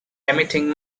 emitting